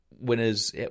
winners